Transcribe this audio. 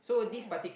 oh